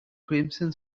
crimson